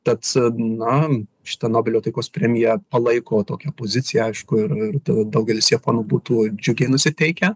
tad na šita nobelio taikos premija palaiko tokią poziciją aišku ir ir daugelis japonų būtų džiugiai nusiteikę